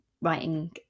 writing